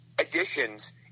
additions